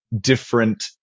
different